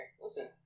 Listen